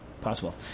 Possible